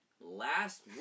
Last